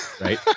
right